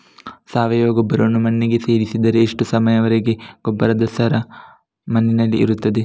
ಸಾವಯವ ಗೊಬ್ಬರವನ್ನು ಮಣ್ಣಿಗೆ ಸೇರಿಸಿದರೆ ಎಷ್ಟು ಸಮಯದ ವರೆಗೆ ಗೊಬ್ಬರದ ಸಾರ ಮಣ್ಣಿನಲ್ಲಿ ಇರುತ್ತದೆ?